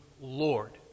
Lord